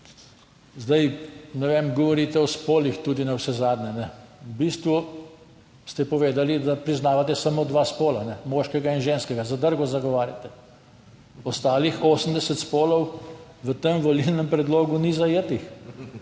Zdaj, ne vem, govorite o spolih tudi navsezadnje. V bistvu ste povedali, da priznavate samo dva spola, moškega in ženskega, zadrgo zagovarjate, ostalih 80 spolov v tem volilnem predlogu ni zajetih.